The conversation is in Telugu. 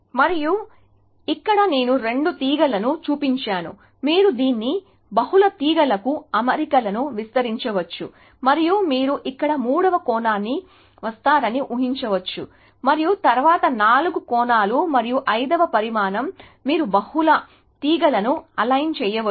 మరియు ఇక్కడ నేను రెండు తీగలను చూపించాను మీరు దీన్ని బహుళ తీగలకు అమరికలకు విస్తరించవచ్చు మరియు మీరు ఇక్కడ మూడవ కోణాన్ని వస్తారని ఊహించవచ్చు మరియు తరువాత నాలుగు కోణాలు మరియు ఐదవ పరిమాణం మీరు బహుళ తీగలను అలైన్ చేయవచ్చు